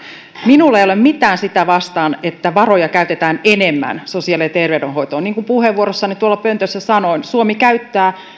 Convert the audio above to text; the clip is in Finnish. minulla ei ole mitään sitä vastaan että varoja käytetään enemmän sosiaali ja terveydenhoitoon niin kuin puheenvuorossani pöntössä sanoin suomi käyttää